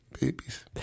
Babies